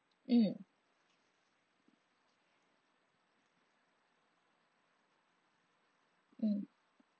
mm mm